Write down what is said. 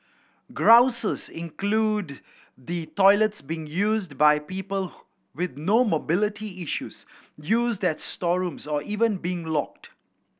grouses include the toilets being used by people with no mobility issues used as storerooms or even being locked